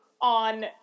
on